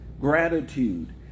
gratitude